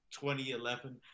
2011